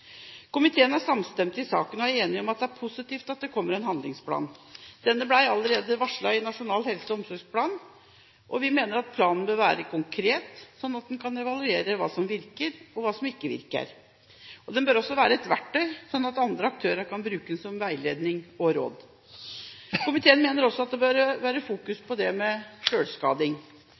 Komiteen er samstemt i saken og er enig om at det er positivt at det kommer en handlingsplan. Denne ble allerede varslet i Nasjonal helse- og omsorgsplan. Vi mener at planen bør være konkret, slik at en kan evaluere hva som virker og hva som ikke virker, og den bør også være et verktøy, slik at andre aktører kan bruke den til veiledning og råd. Komiteen mener også at det må være fokus på dette med